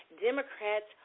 Democrats